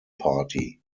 party